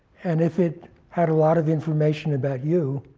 and if it had a lot of information about you,